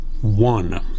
One